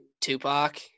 Tupac